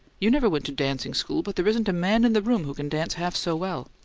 you never went to dancing-school, but there isn't a man in the room who can dance half so well.